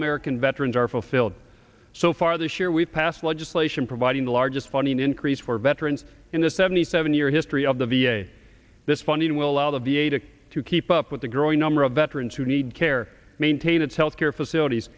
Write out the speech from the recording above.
american veterans are fulfilled so far this year we've passed legislation providing the largest funding increase for veterans in the seventy seven year history of the v a this funding will allow the v a to to keep up with the growing number of veterans who need care maintain its health care facilities